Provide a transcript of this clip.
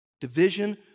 Division